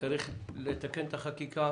צריך לתקן את החקיקה